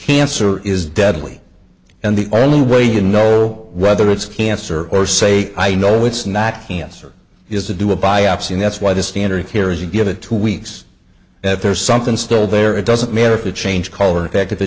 cancer is deadly and the only way to know whether it's cancer or say i know it's not cancer is to do a biopsy and that's why the standard here is you give it two weeks if there's something still there it doesn't matter if you change color back to the